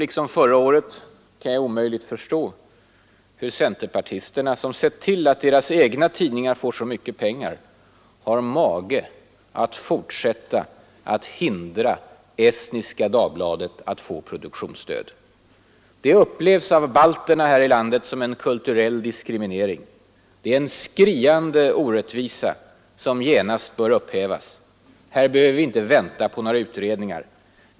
Liksom förra året kan jag omöjligt förstå hur centerpartisterna, som sett till att deras egna tidningar får så mycket pengar, har mage att fortsätta att hindra Estniska Dagbladet att få produktionsstöd. Det upplevs av balterna här i landet som en kulturell diskriminering. Det är en skriande orättvisa, som genast bör upphävas. Här behöver vi inte vänta på några utredningar.